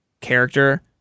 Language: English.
character